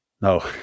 no